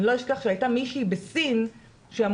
אני לא אשכח שהייתה מישהי בסין שאמרו